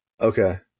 Okay